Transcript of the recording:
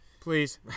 please